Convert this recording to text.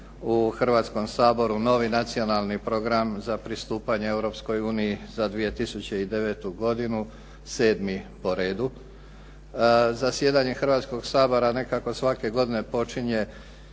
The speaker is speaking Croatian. u Hrvatskom saboru novi nacionalni program za pristupanje Europskoj uniji za 2009. godinu 7. po redu. Zasjedanje Hrvatskog sabora nekako svake godine počinje